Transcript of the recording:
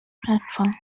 platform